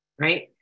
right